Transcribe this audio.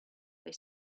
they